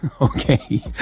okay